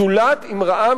זולת אם ראה,